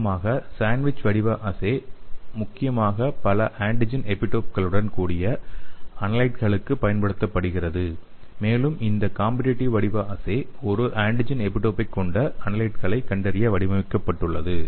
வழக்கமாக சாண்ட்விச் வடிவ அஸ்ஸே முக்கியமாக பல ஆன்டிஜென் எபிடோப்களுடன் கூடிய அனலைட்களுக்கு பயன்படுத்தப்படுகிது மேலும் இந்த காம்பிடீடிவ் வடிவ அஸ்ஸே ஒரு ஆன்டிஜென் எபிடோப்பைக் கொண்ட அனலைட்களை கண்டறிய வடிவமைக்கப்பட்டுள்ளது